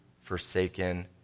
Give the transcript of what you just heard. forsaken